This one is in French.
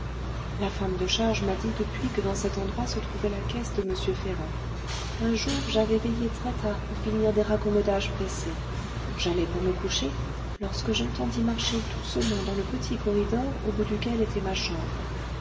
la femme de charge m'a dit depuis que dans cet endroit se trouvait la caisse de m ferrand un jour j'avais veillé très-tard pour finir des raccommodages pressés j'allais pour me coucher lorsque j'entendis marcher doucement dans le petit corridor au bout duquel était ma chambre